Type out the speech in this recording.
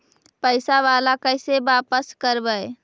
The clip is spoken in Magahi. पैसा बाला कैसे बापस करबय?